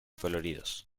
coloridos